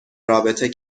رابطه